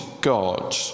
God